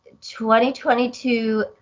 2022